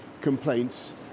complaints